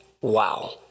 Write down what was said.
Wow